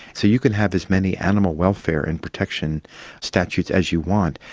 so you can have as many animal welfare and protection statutes as you want,